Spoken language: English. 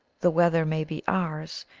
the weather may be ours,